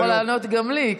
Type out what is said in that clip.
אתה יכול לענות גם לי.